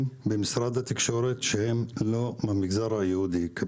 במשרד התקשרות הם לא מהמגזר היהודי?